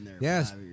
Yes